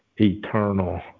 eternal